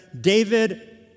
David